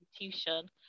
institution